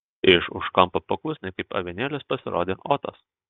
iš už kampo paklusniai kaip avinėlis pasirodė otas